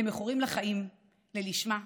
ל"מכורים לחיים", ללשמ"ה,